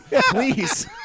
please